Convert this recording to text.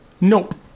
Nope